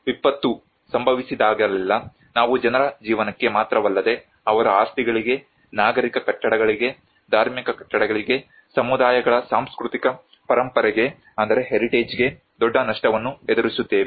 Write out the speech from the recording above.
ವಿಪತ್ತು ಸಂಭವಿಸಿದಾಗಲೆಲ್ಲಾ ನಾವು ಜನರ ಜೀವನಕ್ಕೆ ಮಾತ್ರವಲ್ಲದೆ ಅವರ ಆಸ್ತಿಗಳಿಗೆ ನಾಗರಿಕ ಕಟ್ಟಡಗಳಿಗೆ ಧಾರ್ಮಿಕ ಕಟ್ಟಡಗಳಿಗೆ ಸಮುದಾಯಗಳ ಸಾಂಸ್ಕೃತಿಕ ಪರಂಪರೆಗೆ ದೊಡ್ಡ ನಷ್ಟವನ್ನು ಎದುರಿಸುತ್ತೇವೆ